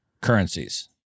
currencies